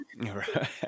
Right